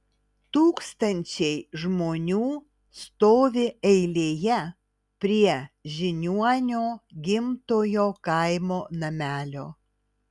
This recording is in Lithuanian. tūkstančiai žmonių stovi eilėje prie žiniuonio gimtojo kaimo namelio